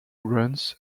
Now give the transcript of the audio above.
runs